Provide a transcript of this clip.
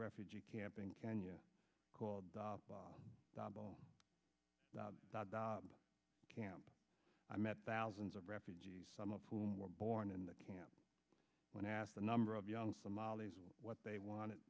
refugee camp in kenya called the camp i met thousands of refugees some of whom were born in the camp when asked the number of young somalis what they want it